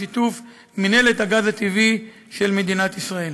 בשיתוף מינהלת הגז הטבעי של מדינת ישראל.